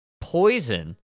poison